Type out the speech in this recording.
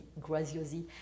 Graziosi